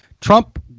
Trump